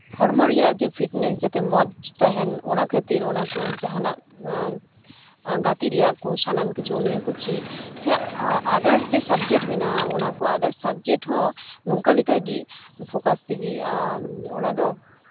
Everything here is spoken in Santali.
ᱦᱚᱲᱢᱚ ᱨᱮᱭᱟᱜ ᱯᱷᱤᱴᱱᱮᱥ ᱡᱟᱛᱮ ᱢᱚᱡᱽ ᱛᱟᱦᱮᱱ ᱚᱱᱟ ᱠᱷᱟᱹᱛᱤᱨ ᱚᱱᱟᱠᱚ ᱡᱟᱦᱟᱱᱟᱜ ᱜᱟᱛᱮ ᱨᱮᱭᱟᱜ ᱠᱚ ᱥᱟᱱᱟᱢ ᱠᱤᱪᱷᱩ ᱱᱤᱭᱟᱹ ᱠᱚ ᱪᱮᱫ ᱥᱮ ᱟᱫᱟᱨᱥ ᱡᱮ ᱥᱟᱵᱡᱮᱠᱴ ᱢᱮᱱᱟᱜᱼᱟ ᱚᱱᱟ ᱠᱚ ᱟᱫᱟᱨᱥ ᱥᱟᱵᱦᱮᱠᱴ ᱦᱚᱸ ᱱᱚᱝᱠᱟ ᱞᱮᱠᱟᱜᱮ ᱯᱷᱳᱠᱟᱥ ᱛᱮᱜᱮ ᱚᱱᱟᱫᱚ